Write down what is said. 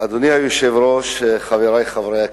אדוני היושב-ראש, חברי חברי הכנסת,